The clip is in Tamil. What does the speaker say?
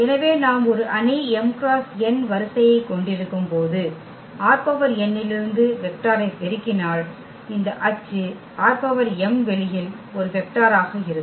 எனவே நாம் ஒரு அணி m×n வரிசையைக் கொண்டிருக்கும்போது ℝn இலிருந்து வெக்டாரை பெருக்கினால் இந்த அச்சு ℝm வெளியில் ஒரு வெக்டராக இருக்கும்